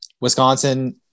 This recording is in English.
Wisconsin